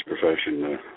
profession